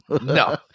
No